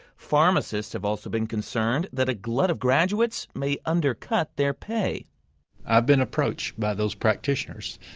pharmacists have also been concerned that a glut of graduates may undercut their pay i've been approached by those practitioners,